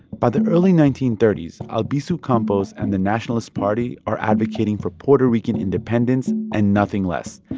by the early nineteen thirty s, albizu campos and the nationalist party are advocating for puerto rican independence and nothing less.